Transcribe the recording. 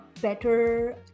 better